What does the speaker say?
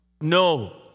No